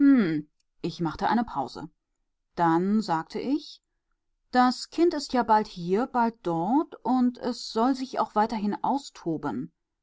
ich machte eine pause dann sagte ich das kind ist ja bald hier bald dort und es soll sich